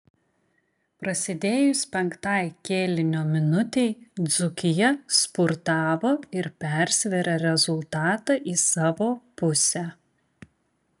prasidėjus penktai kėlinio minutei dzūkija spurtavo ir persvėrė rezultatą į savo pusę